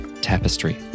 tapestry